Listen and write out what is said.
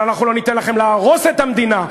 אבל אנחנו לא ניתן לכם להרוס את המדינה.